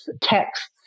texts